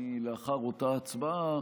לאחר אותה הצבעה